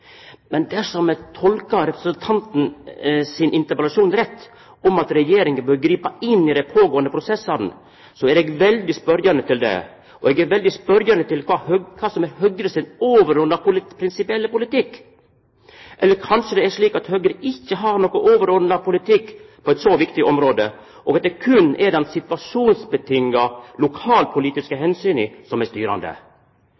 Men dersom vi tolkar representanten sin interpellasjon rett når det gjeld at Regjeringa bør gripa inn i dei pågåande prosessane, er eg veldig spørjande til det, og eg er veldig spørjande til kva som er Høgre sin overordna prinsipielle politikk. Eller kanskje det er slik at Høgre ikkje har nokon overordna politikk på eit så viktig område og at det berre er dei situasjonsavhengige lokalpolitiske